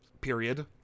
Period